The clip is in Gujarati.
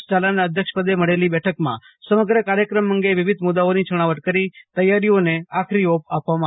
ઝાલા ના અધ્યક્ષપદે મળેલી બેઠકમાં સમગ્ર કાર્યક્રમ અંગે વિવિધ મુદાઓ ની છણાવટ કરી તૈયારીઓને આખરી ઓપ આપવામાં આવ્યી હતો